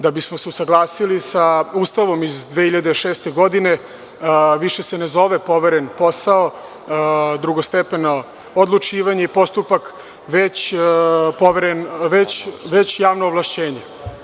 Da bismo se usaglasili sa Ustavom iz 2006. godine, više se ne zove poveren posao, drugostepeno odlučivanje i postupak, već javno ovlašćenje.